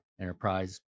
enterprise